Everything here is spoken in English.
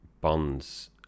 Bond's